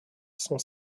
son